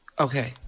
Okay